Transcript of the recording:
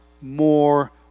more